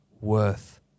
worth